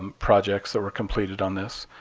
um projects that were completed on this.